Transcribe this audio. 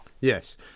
Yes